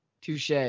touche